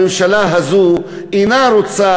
הממשלה הזאת אינה רוצה,